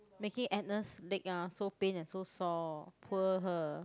making Agnes leg ah so pain and so sore poor her